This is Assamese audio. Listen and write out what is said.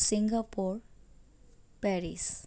Singapore Paris